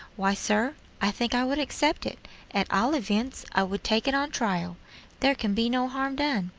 why, sir, i think i would accept it at all events, i would take it on trial there can be no harm done.